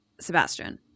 Sebastian